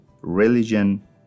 religion